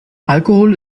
alkohol